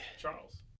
Charles